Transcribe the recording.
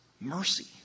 mercy